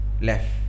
Left